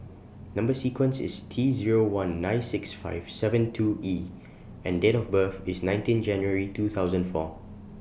Number sequence IS T Zero one nine six five seven two E and Date of birth IS nineteen January two thousand and four